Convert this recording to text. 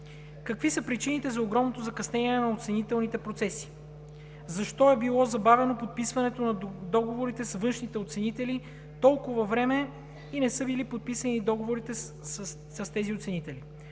какви са причините за огромното закъснение на оценителните процеси? Защо е било забавено подписването на договорите с външните оценители толкова време и не са били подписани договорите с тези оценители?